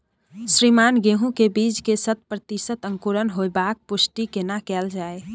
श्रीमान गेहूं के बीज के शत प्रतिसत अंकुरण होबाक पुष्टि केना कैल जाय?